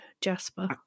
Jasper